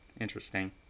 interesting